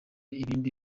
ibindi